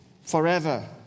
forever